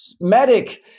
medic